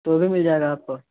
تو بھی مل جائے گا آپ کو